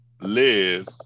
live